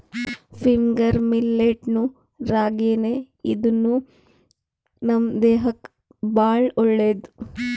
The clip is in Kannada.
ಫಿಂಗರ್ ಮಿಲ್ಲೆಟ್ ನು ರಾಗಿನೇ ಇದೂನು ನಮ್ ದೇಹಕ್ಕ್ ಭಾಳ್ ಒಳ್ಳೇದ್